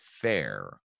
fair